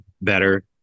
better